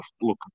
look